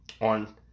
on